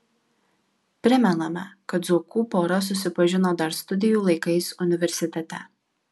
primename kad zuokų pora susipažino dar studijų laikais universitete